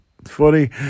funny